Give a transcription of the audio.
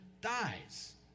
dies